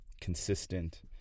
consistent